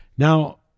Now